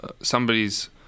somebody's